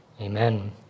Amen